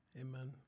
Amen